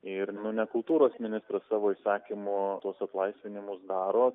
ir nu ne kultūros ministras savo įsakymu tuos atlaisvinimus daro